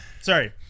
Sorry